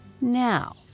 Now